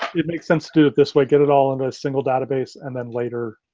it makes sense to this way. get it all into a single database and then later